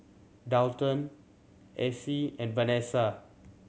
Daulton Acy and Vanesa